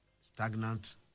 Stagnant